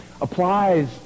applies